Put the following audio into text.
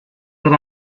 that